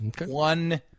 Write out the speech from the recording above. one